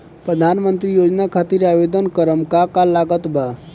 प्रधानमंत्री योजना खातिर आवेदन करम का का लागत बा?